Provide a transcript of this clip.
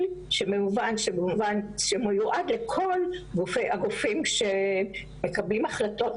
שכמובן מיועד לכל הגופים שמקבלים החלטות,